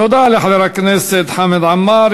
תודה לחבר הכנסת חמד עמאר.